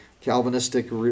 Calvinistic